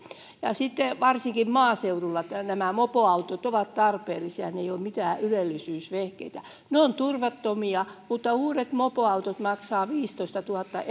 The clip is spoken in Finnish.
varsinkin maaseudulla nämä mopoautot ovat tarpeellisia ne eivät ole mitään ylellisyysvehkeitä ne ovat turvattomia mutta uudet mopoautot maksavat viisitoistatuhatta